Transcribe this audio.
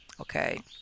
okay